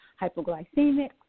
hypoglycemic